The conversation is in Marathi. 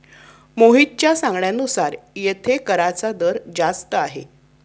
मोहितच्या सांगण्यानुसार येथे कराचा दर जास्त आहे